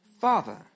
Father